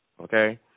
okay